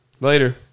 Later